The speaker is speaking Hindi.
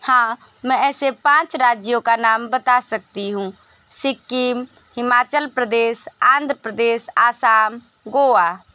हाँ मैं ऐसे पाँच राज्यों का नाम बता सकती हूँ सिक्किम हिमाचल प्रदेश आंध्र प्रदेश आसाम गोवा